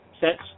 Sets